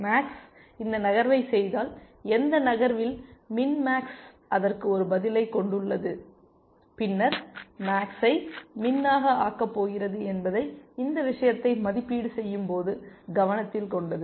maths இந்த நகர்வை செய்தால் எந்த நகர்வில் மின் மேக்ஸ் அதற்கு ஒரு பதிலைக் கொண்டுள்ளது பின்னர் மேக்சை மின் ஆக ஆக்கபோகிறது என்பதை இந்த விஷயத்தை மதிப்பீடு செய்யும் போது கவனத்தில் கொண்டது